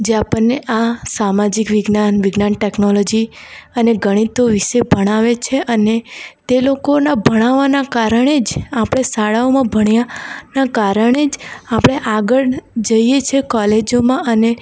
જે આપણને આ સામાજિક વિજ્ઞાન વિજ્ઞાન ટેકનોલોજી અને ગણિતો વિષે ભણાવે છે અને તે લોકોના ભણાવવાના કારણે જ આપણે શાળાઓમાં ભણ્યા ના કારણે જ આપણે આગળ જઈએ છે કોલેજોમાં અને